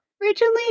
Originally